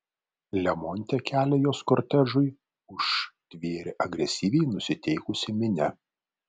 lemonte kelią jos kortežui užtvėrė agresyviai nusiteikusi minia